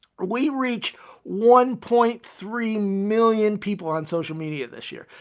we reach one point three million people on social media this year.